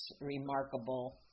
remarkable